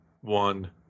one